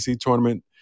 tournament